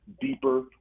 deeper